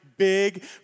Big